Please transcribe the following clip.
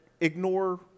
ignore